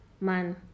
man